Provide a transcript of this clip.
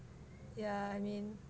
yeah I mean